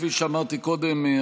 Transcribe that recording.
כפי שאמרתי קודם,